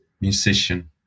musician